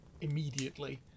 immediately